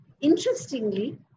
interestingly